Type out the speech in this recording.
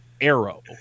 arrow